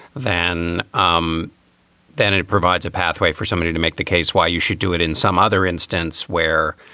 then um then it it provides a pathway for somebody to make the case why you should do it in some other instance where,